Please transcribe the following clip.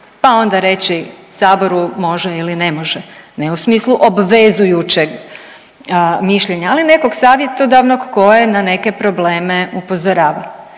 pa onda reći saboru može ili ne može, ne u smislu obvezujućeg mišljenja, ali nekog savjetodavnog koje na neke probleme upozorava.